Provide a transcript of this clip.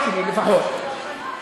די, נו, באמת,